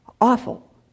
Awful